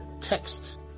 text